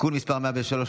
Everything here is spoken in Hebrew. (תיקון מס' 103),